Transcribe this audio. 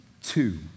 Two